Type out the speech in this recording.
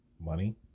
money